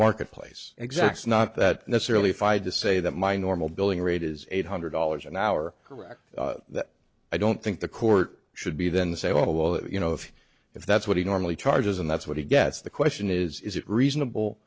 marketplace exacts not that necessarily if i had to say that my normal billing rate is eight hundred dollars an hour correct that i don't think the court should be then say all that you know if if that's what he normally charges and that's what he gets the question is is it reasonable